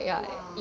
!wow!